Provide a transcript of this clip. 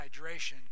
hydration